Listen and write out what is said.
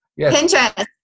Pinterest